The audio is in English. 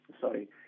sorry